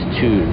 two